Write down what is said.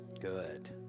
Good